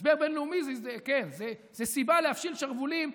משבר בין-לאומי זה כן סיבה להפשיל שרוולים,